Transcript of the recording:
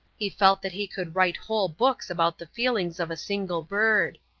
he felt that he could write whole books about the feelings of a single bird.